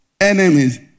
enemies